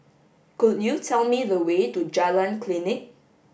could you tell me the way to Jalan Klinik